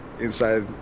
Inside